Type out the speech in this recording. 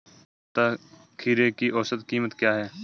इस सप्ताह खीरे की औसत कीमत क्या है?